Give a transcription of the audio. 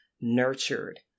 nurtured